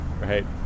right